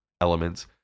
elements